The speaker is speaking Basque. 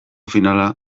finala